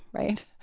right?